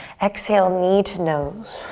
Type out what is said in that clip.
exhale, knee to nose.